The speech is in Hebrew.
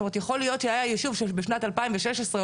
יכול להיות שהיה יישוב שבשנת 2016 או